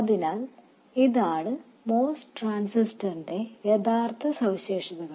അതിനാൽ ഇതാണ് MOS ട്രാൻസിസ്റ്ററിന്റെ യഥാർത്ഥ സവിശേഷതകൾ